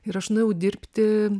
ir aš nuėjau dirbti